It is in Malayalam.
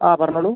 ആ പറഞ്ഞോളൂ